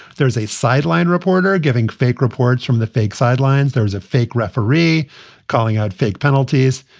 there's a sideline reporter giving fake reports from the fake sidelines. there is a fake referee calling out fake penalties.